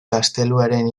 gazteluaren